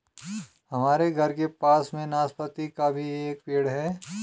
हमारे घर के पास में नाशपती का भी एक पेड़ है